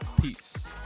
Peace